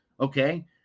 okay